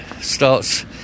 starts